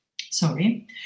sorry